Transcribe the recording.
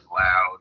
loud